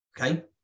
okay